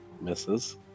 Misses